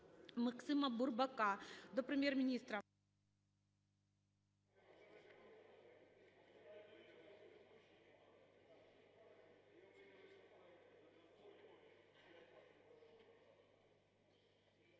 Максима Бурбака до Прем'єр-міністра…